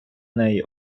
неї